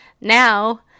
Now